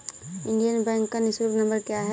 Indian Bank का निःशुल्क number क्या है?